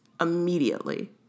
immediately